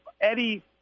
Eddie